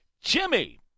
Jimmy